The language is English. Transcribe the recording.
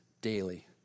daily